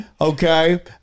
okay